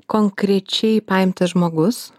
konkrečiai paimtas žmogus